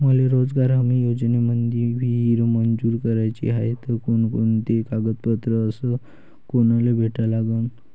मले रोजगार हमी योजनेमंदी विहीर मंजूर कराची हाये त कोनकोनते कागदपत्र अस कोनाले भेटा लागन?